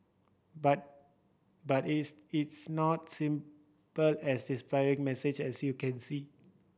but but is it's not simple as a depressing message as you can see